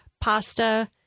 pasta